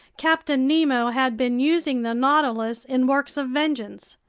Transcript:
captain nemo had been using the nautilus in works of vengeance!